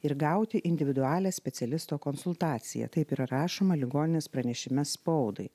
ir gauti individualią specialisto konsultaciją taip yra rašoma ligoninės pranešime spaudai